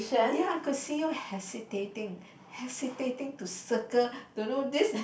ya I could see you hesitating hesitating to circle don't know this